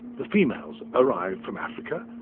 the females arrive from africa.